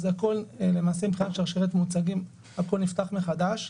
למעשה מבחינת שרשרת מוצגים הכול נפתח מחדש.